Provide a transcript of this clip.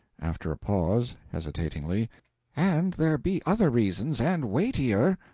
after a pause hesitatingly and there be other reasons and weightier.